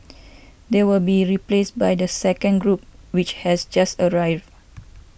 they will be replaced by the second group which has just arrived